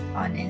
on